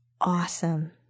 awesome